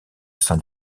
saint